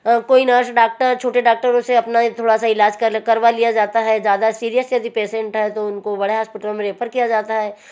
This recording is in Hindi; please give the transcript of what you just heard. कोई नर्स डाक्टर छोटे डाक्टरों से अपना थोड़ा सा ईलाज करवा लिया जाता है ज़्यादा सिरियस यदि पेसेंट है तो उनको बड़ा हास्पिटल में रेफर किया जाता